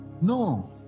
no